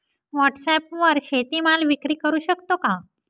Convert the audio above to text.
व्हॉटसॲपवर शेती माल विक्री करु शकतो का?